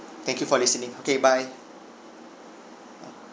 thank you for listening okay bye